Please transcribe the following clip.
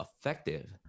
effective